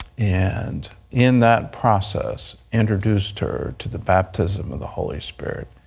and in that process introduced her to the baptism of the holy spirit.